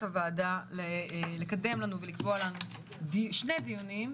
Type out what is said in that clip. הוועדה לקדם לנו ולקבוע לנו שני דיונים,